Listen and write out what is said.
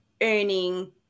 earning